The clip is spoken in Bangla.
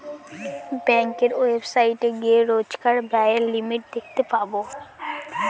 ব্যাঙ্কের ওয়েবসাইটে গিয়ে রোজকার ব্যায়ের লিমিট দেখতে পাবো